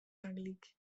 tagelyk